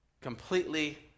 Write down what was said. completely